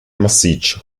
massiccio